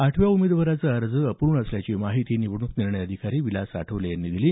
आठव्या उमेदवाराचा अर्ज अपूर्ण असल्याची माहिती निवडणूक निर्णय अधिकारी विलास आठवले यांनी दिली